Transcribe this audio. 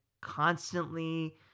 constantly